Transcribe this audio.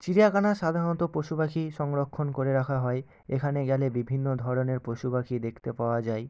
চিড়িয়াখানা সাধারণত পশুপাখি সংরক্ষণ করে রাখা হয় এখানে গেলে বিভিন্ন ধরনের পশুপাখি দেখতে পাওয়া যায়